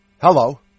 Hello